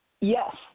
Yes